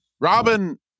Robin